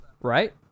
right